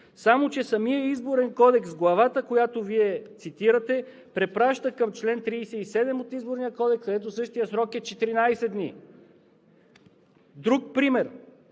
Само че самият Изборен кодекс в главата, която Вие цитирате, препраща към чл. 37 от Изборния кодекс, където същият срок е 14 дни. Друг пример.